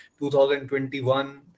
2021